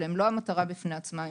לא המטרה בפני עצמה.